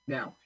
Now